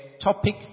topic